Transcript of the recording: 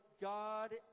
god